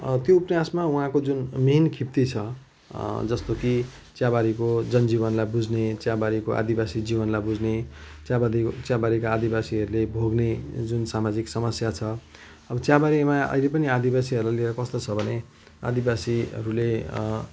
त्यो उपन्यासमा उहाँको जुन मेन खिप्ती छ जस्तो कि चियाबारीको जनजीवनलाई बुझ्ने चियाबारीको आदिवासी जीवनलाई बुझ्ने चियाबारी चियाबारीको आदिवासीहरूले भोग्ने जुन सामाजिक समस्या छ अब चियाबारीमा अहिले पनि आदिवासीहरूलाई लिएर कस्तो छ भने आदिवासीहरूले